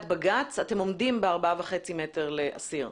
בג"ץ אתם עומדים בדרישה ל-4.5 מטר לאסיר.